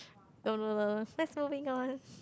no no no no let's moving on